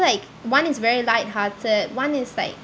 like one is very lighthearted one is like